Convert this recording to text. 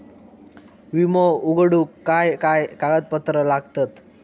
विमो उघडूक काय काय कागदपत्र लागतत?